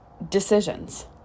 Decisions